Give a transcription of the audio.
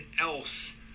else